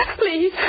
please